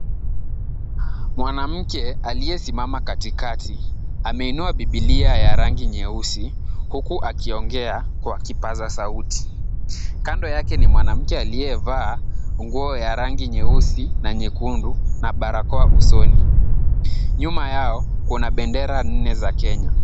Mwanamke aliyesimama katikati, ameinua bibilia ya rangi nyeusi huku akiongea kwa kipaza sauti. Kando yake ni mwanamke aliyevaa nguo ya rangi nyeusi na nyekundu na barakoa usoni. Nyuma yao kuna bendera nne za Kenya.